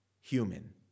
human